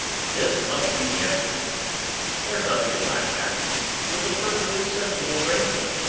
this must be answered there's nothing to laugh at it was a perfectly sensible arrangement,